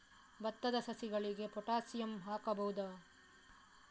ಭತ್ತದ ಸಸಿಗಳಿಗೆ ಪೊಟ್ಯಾಸಿಯಂ ಹಾಕಬಹುದಾ?